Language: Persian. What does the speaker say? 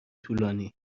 طولانی